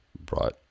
brought